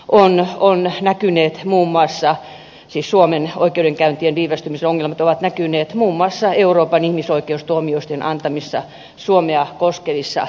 onnea on näkynyt muun muassa siis suomen oikeudenkäyntien viivästymisen ongelmat ovat näkyneet muun muassa euroopan ihmisoikeustuomioistuimen antamissa suomea koskevissa ratkaisuissa